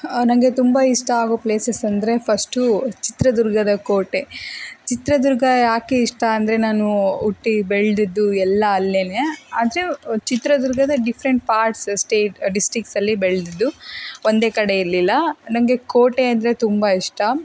ನನಗೆ ತುಂಬ ಇಷ್ಟ ಆಗೋ ಪ್ಲೇಸಸ್ ಅಂದರೆ ಫರ್ಸ್ಟು ಚಿತ್ರದುರ್ಗದ ಕೋಟೆ ಚಿತ್ರದುರ್ಗ ಯಾಕೆ ಇಷ್ಟ ಅಂದರೆ ನಾನು ಹುಟ್ಟಿ ಬೆಳೆದಿದ್ದು ಎಲ್ಲ ಅಲ್ಲೆ ಆದರೆ ಚಿತ್ರದುರ್ಗದ ಡಿಫ್ರೆಂಟ್ ಪಾರ್ಟ್ಸ್ ಸ್ಟೇಟ್ ಡಿಸ್ಟಿಕ್ಸಲ್ಲಿ ಬೆಳೆದಿದ್ದು ಒಂದೇ ಕಡೆ ಇರಲಿಲ್ಲ ನನಗೆ ಕೋಟೆ ಅಂದರೆ ತುಂಬ ಇಷ್ಟ